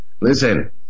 Listen